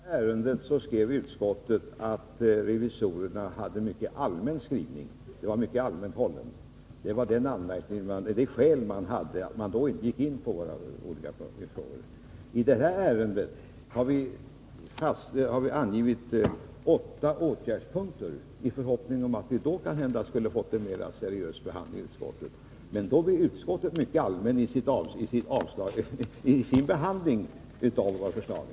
Herr talman! Bara en kommentar i all korthet. I det förra ärendet förklarade utskottet att revisorerna hade en mycket allmänt hållen skrivning. Det var utskottets skäl för att inte gå in på våra olika punkter. I detta ärende har vi angivit åtta åtgärdspunkter i förhoppning om att våra förslag då kanhända skulle få en mer seriös behandling i utskottet. Men då blir utskottet mycket allmänt i sin behandling av våra förslag.